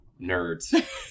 nerds